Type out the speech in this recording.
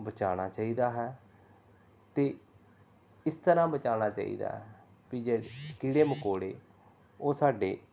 ਬਚਾਉਣਾ ਚਾਹੀਦਾ ਹੈ ਅਤੇ ਇਸ ਤਰ੍ਹਾਂ ਬਚਾਉਣਾ ਚਾਹੀਦਾ ਵੀ ਜੇ ਕੀੜੇ ਮਕੌੜੇ ਉਹ ਸਾਡੇ